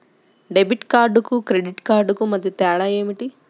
Debit కార్డుకు credit కార్డుకు మధ్య తేడా ఏమిటీ?